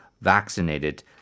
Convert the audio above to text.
vaccinated